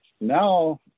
now